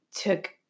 took